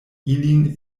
ilin